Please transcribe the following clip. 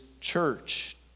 church